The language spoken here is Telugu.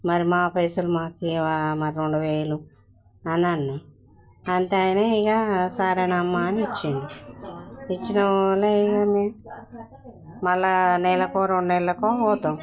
మరి మా పైసలు మాకు ఇవ్వవా మరి మా రెండువేలు అని అన్నాం అంటే ఆయన ఇక సరే అమ్మా అని ఇచ్చిండు ఇచ్చిన వల్ల ఇక మరల నెలకో రెండు నెలకో పోతాం